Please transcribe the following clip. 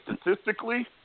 statistically